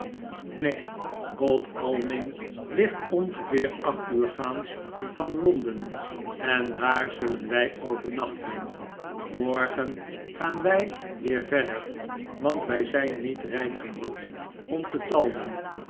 neen godalming ligt ongeveer acht uur gaans van londen en daar zullen wij overnachten morgen gaan wij weer verder want wij zijn niet rijk genoeg om te talmen